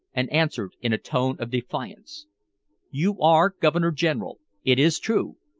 and answered in a tone of defiance you are governor-general, it is true,